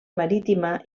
marítima